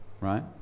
Right